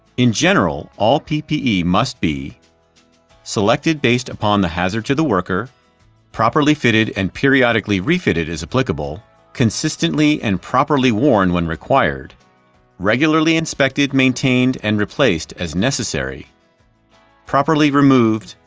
in general, all ppe must be selected based upon the hazard to the worker properly fitted and periodically refitted, as applicable consistently and properly worn when required regularly inspected, maintained and replaced as necessary properly removed,